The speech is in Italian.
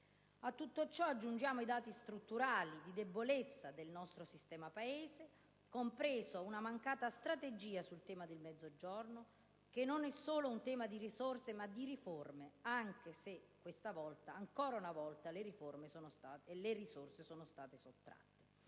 A tutto ciò aggiungiamo i dati strutturali di debolezza del nostro sistema Paese, compresa una mancata strategia sul Mezzogiorno, che non è solo un tema di risorse ma di riforme, anche se, ancora una volta, le risorse sono state sottratte.